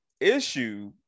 issue